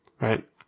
Right